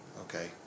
okay